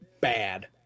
bad